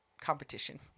Competition